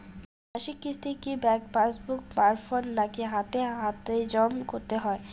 মাসিক কিস্তি কি ব্যাংক পাসবুক মারফত নাকি হাতে হাতেজম করতে হয়?